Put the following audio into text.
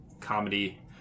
comedy